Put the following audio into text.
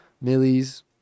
Millie's